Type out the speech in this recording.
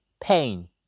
pain